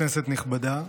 כנסת נכבדה,